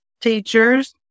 teachers